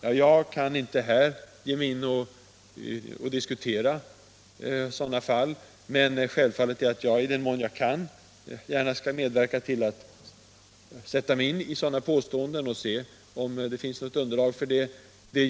Jag kan inte här diskutera sådana fall, men i den mån jag kan, vill jag gärna sätta mig in i dem och se om det finns något underlag för kritiken.